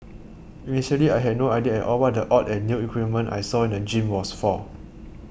initially I had no idea at all what the odd and new equipment I saw in the gym was for